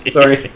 Sorry